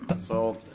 so,